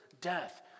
death